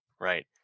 right